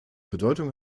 bedeutung